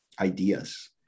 ideas